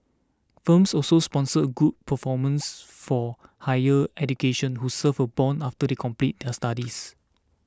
firms also sponsor good performers for higher education who serve a bond after they complete their studies